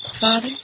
Father